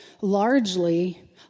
largely